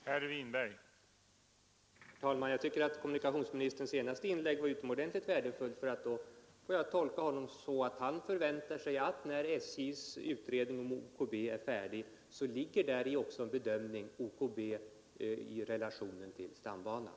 Herr talman! Jag tycker att kommunikationsministerns senaste inlägg var utomordentligt värdefullt. Jag kan då tolka honom så att han förväntar sig att när SJ:s utredning om ostkustbanan är färdig, ligger däri också en bedömning av ostkustbanan i relation till stambanan.